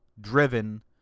driven